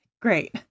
Great